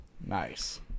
Nice